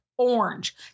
orange